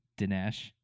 Dinesh